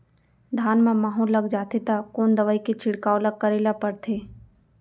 धान म माहो लग जाथे त कोन दवई के छिड़काव ल करे ल पड़थे?